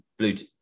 Bluetooth